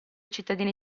cittadini